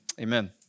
amen